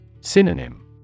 Synonym